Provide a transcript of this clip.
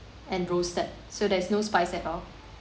and roasted so there's no spice at all